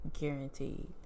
guaranteed